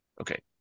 Okay